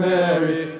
Mary